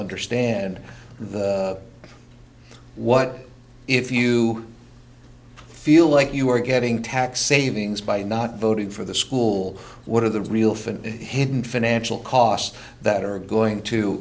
understand the what if you feel like you're getting tax savings by not voting for the school what are the real for hidden financial costs that are going to